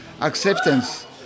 acceptance